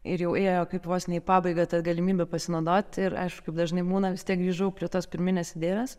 ir jau ėjo kaip vos ne į pabaigą ta galimybė pasinaudot ir aišku kaip dažnai būna vis tiek grįžau prie tos pirminės idėjos